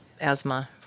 asthma